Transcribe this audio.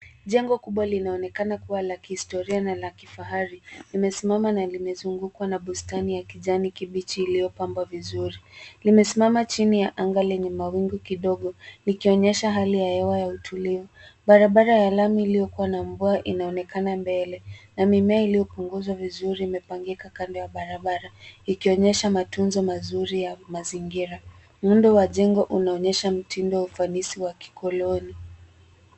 Jengo kubwa linaonekana kuwa la kihistoria na la kifahari. Limesimama na limezungukwa na bustani ya kijani kibichi iliyopambwa vizuri. Limesimama chini ya anga lenye mawingu kidogo, likionyesha hali ya hewa ya utulivu. Barabara ya lami iliyokuwa na mvua inaonekana mbele, na mimea iliupunguzwa vizuri imepangeka kando ya barabara, ikionyesha matunzo mazuri ya mazingira. Muundo wa jengo unaonyesha mtindo ufanisi wa kikoloni.